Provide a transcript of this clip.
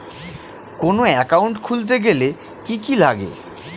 কোন একাউন্ট খুলতে গেলে কি কি লাগে?